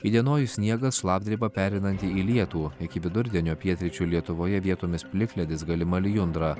įdienojus sniegas šlapdriba pereinanti į lietų iki vidurdienio pietryčių lietuvoje vietomis plikledis galima lijundra